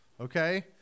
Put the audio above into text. okay